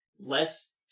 less